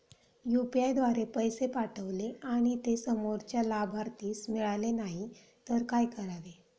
UPI द्वारे पैसे पाठवले आणि ते समोरच्या लाभार्थीस मिळाले नाही तर काय करावे?